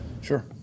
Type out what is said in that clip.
Sure